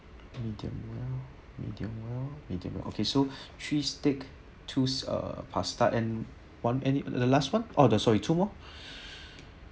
medium well medium well medium well okay so three steak two uh pasta and one any the last one oh sorry two more